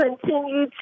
Continue